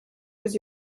was